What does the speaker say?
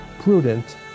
prudent